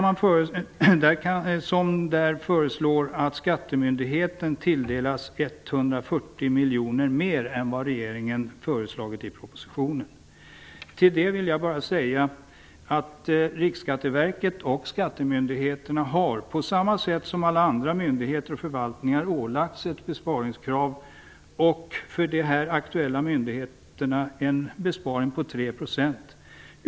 Man föreslår där att skattemyndigheten tilldelas 140 miljoner mer än vad regeringen föreslagit i propositionen. Riksskatteverket och skattemyndigheten har, på samma sätt som alla andra myndigheter och förvaltningar, ålagts ett besparingskrav. För de här aktuella myndigheterna gäller en besparing på tre procent.